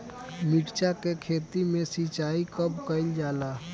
मिर्चा के खेत में सिचाई कब कइल जाला?